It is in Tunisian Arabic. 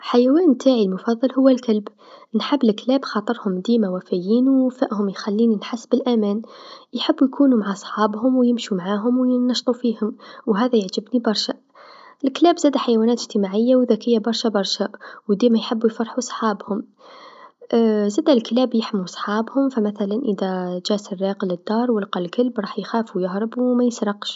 الحيوان نتاعي المفصل هو الكلب، نحب الكلاب خاطر هوما ديما وافيين و وفاءهم ديما يخليني نحس بالأمان ، يحبو يكونو مع صحابهم يمشو معاهم و ينشطو فيهم و هذا يعجبني برشا، الكلاب زادا حيوانات إجتماعيه و ذكيه برشا برشا و ديما يحوسو و يفرحو صحابهم زادا الكلاب يحمو صحابهم فمثلا إذا جا سراق للدار و لقى الكلب راح يخاف و يهرب و ميسرقش.